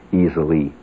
easily